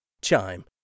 Chime